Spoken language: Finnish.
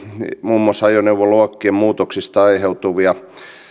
muun muassa ajoneuvoluokkien muutoksista aiheutuvia ratkaisuja